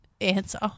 answer